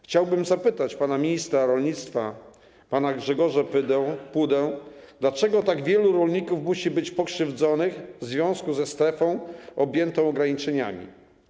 Chciałbym zapytać ministra rolnictwa pana Grzegorza Pudę: Dlaczego tak wielu rolników musi być pokrzywdzonych w związku ze strefą objętą ograniczeniami?